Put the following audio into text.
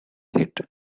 hit